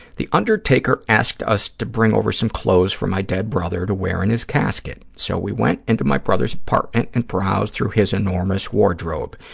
the undertaker asked us to bring over some clothes for my dead brother to wear in his casket, so we went into my brother's apartment and browsed through his enormous wardrobe.